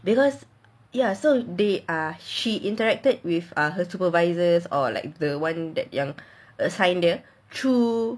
because ya so they are she interacted with her supervisors or like the one that yang assigned dia through